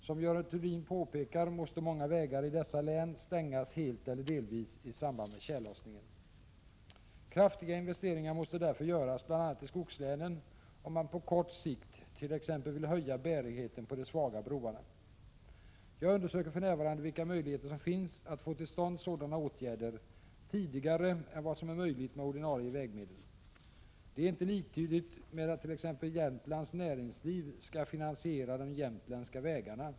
Som Görel Thurdin påpekar måste många vägar i dessa län stängas helt eller delvis i samband med tjällossningen. Kraftiga investeringar måste därför göras bl.a. i skogslänen om man på kort sikt t.ex. vill höja bärigheten på de svaga broarna. Jag undersöker för närvarande vilka möjligheter som finns att få till stånd sådana åtgärder tidigare än vad som är möjligt med ordinarie vägmedel. Det är inte liktydigt med att t.ex. Jämtlands näringsliv skall finansiera de jämtländska vägarna.